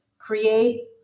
create